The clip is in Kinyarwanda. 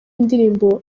indirimbo